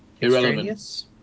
Irrelevant